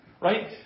right